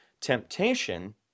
Temptation